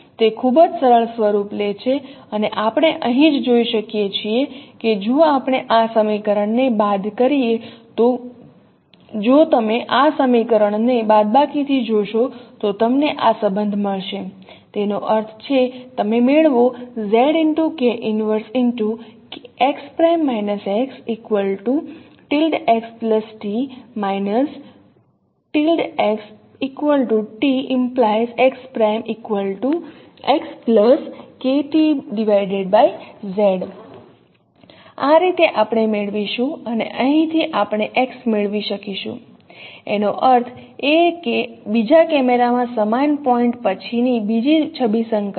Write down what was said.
તે ખૂબ જ સરળ સ્વરૂપ લે છે અને આપણે અહીંથી જ જોઈ શકીએ છીએ કે જો આપણે આ સમીકરણને બાદ કરીએ તો જો તમે આ સમીકરણને બાદબાકીથી જોશો તો તમને આ સંબંધ મળશે તેનો અર્થ છે તમે મેળવો આ રીતે આપણે મેળવીશું અને અહીંથી આપણે x મેળવી શકીશું એનો અર્થ એ કે બીજા કેમેરામાં સાઇન પોઇન્ટ પછીની બીજી છબી સંકલન